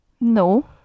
No